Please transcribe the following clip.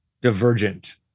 Divergent